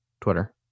Twitter